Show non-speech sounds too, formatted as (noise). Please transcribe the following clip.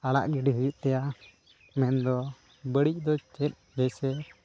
ᱟᱲᱟᱜ ᱜᱤᱰᱤ ᱦᱩᱭᱩᱜ ᱛᱟᱭᱟ ᱢᱮᱱᱫᱚ ᱵᱟᱹᱲᱤᱡ ᱫᱚ (unintelligible)